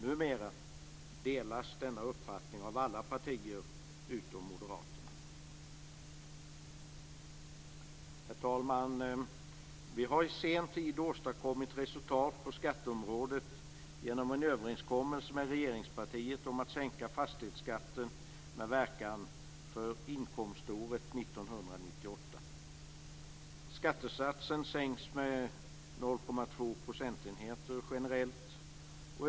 Numera delas denna uppfattning av alla partier utom Moderaterna. Herr talman! Vi har i sen tid åstadkommit resultat på skatteområdet genom en överenskommelse med regeringspartiet om att sänka fastighetsskatten med verkan för inkomståret 1998. Skattesatsen sänks med 0,2 procentenheter generellt.